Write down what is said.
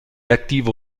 active